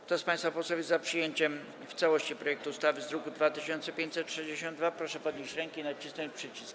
Kto z państwa posłów jest za przyjęciem w całości projektu ustawy z druku nr 2562, proszę podnieść rękę i nacisnąć przycisk.